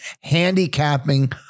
handicapping